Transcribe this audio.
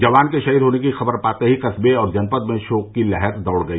जवान के शहीद होने की खबर पाते ही कस्बे और जनपद में शोक की लहर दौड़ गई